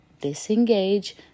disengage